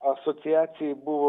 asociacijai buvo